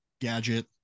gadget